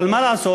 אבל מה לעשות,